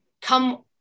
come